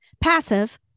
passive